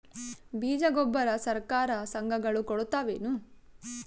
ಬೀಜ ಗೊಬ್ಬರ ಸರಕಾರ, ಸಂಘ ಗಳು ಕೊಡುತಾವೇನು?